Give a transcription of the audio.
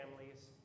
families